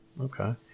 Okay